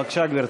בבקשה, גברתי.